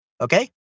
Okay